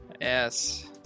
yes